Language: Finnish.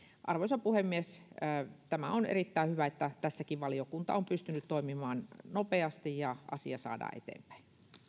arvoisa puhemies on erittäin hyvä että tässäkin valiokunta on pystynyt toimimaan nopeasti ja asia saada eteenpäin